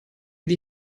die